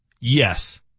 Yes